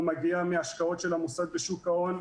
הוא מגיע מהשקעות של המוסד בשוק ההון,